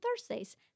Thursdays